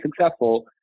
successful